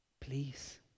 Please